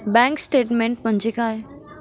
Bank statement म्हणजे काय?